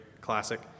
classic